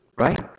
right